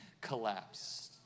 collapsed